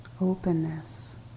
openness